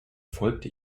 folgte